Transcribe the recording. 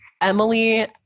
Emily